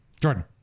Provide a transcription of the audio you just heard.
Jordan